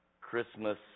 Christmas